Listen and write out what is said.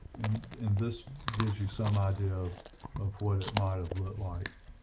and this gives you some idea of of what it might have looked like.